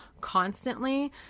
constantly